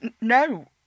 No